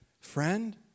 Friend